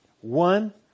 One